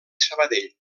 sabadell